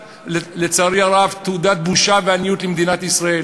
לצערי הרב, תעודת בושה ועניות למדינת ישראל,